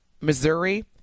Missouri